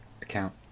account